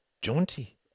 jaunty